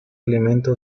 alimento